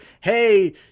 Hey